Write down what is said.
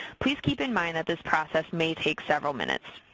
please keep in mind that this process may take several minutes.